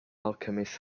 alchemist